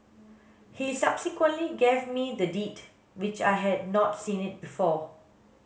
he subsequently gave me the Deed which I had not seen it before